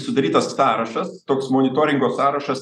sudarytas sąrašas toks monitoringo sąrašas